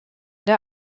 der